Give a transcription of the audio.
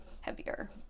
heavier